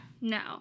No